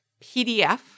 PDF